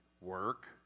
Work